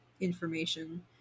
information